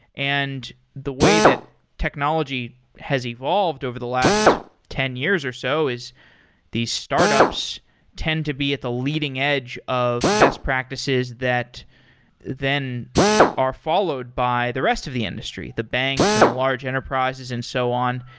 and the way that technology has evolved over the last ten years or so is these startups tend to be at the leading edge of best practices that then are followed by the rest of the industry, the banks and the large enterprises and so on.